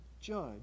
judge